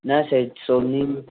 न सेठ सोनी